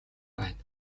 байна